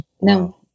no